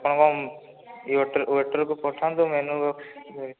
ଆପଣଙ୍କ ୱେଟର୍ କୁ ପଠାନ୍ତୁ ମେନୁ ବକ୍ସ ଦେଇ